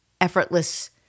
effortless